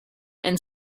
and